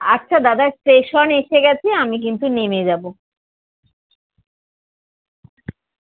আচ্ছা দাদা স্টেশন এসে গেছে আমি কিন্তু নেবে যাবো